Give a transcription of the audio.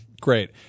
Great